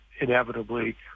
inevitably